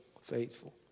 faithful